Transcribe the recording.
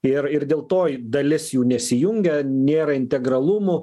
ir ir dėl to dalis jų nesijungia nėra integralumų